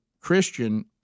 Christian